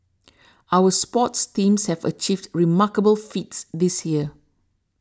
our sports teams have achieved remarkable feats this year